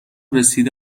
رسیده